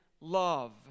love